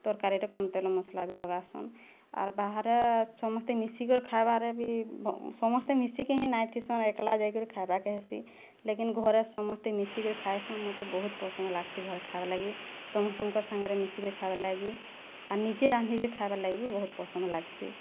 ତରକାରୀରେ କମ ତେଲ ମସଲା ବି ଲଗାସନ୍ ଆର୍ ବାହାରେ ସମସ୍ତେ ମିଶିକରି ଖାଇବାରେ ବିସମସ୍ତେ ମିଶିକି ହିଁ ନାଇଁ ଥିସନ୍ ଏକଲା ଯାଇକରି ଖାଇବାକେ ହେସି ଲେକିନ୍ ଘରେ ସମସ୍ତେ ମିଶିକରି ଖାଇସୁଁ ମୋତେ ବହୁତ ପସନ୍ଦ ଲାଗ୍ସି ଘରେ ଖାଇବା ଲାଗି ସମସ୍ତଙ୍କର୍ ସାଙ୍ଗରେ ମିଶିକରି ଖାଇବା ଲାଗି ଆର୍ ନିଜେ ରାନ୍ଧିକିରି ଖାଇବାର୍ ଲାଗି ବି ବହୁତ ପସନ୍ଦ ଲାଗ୍ସି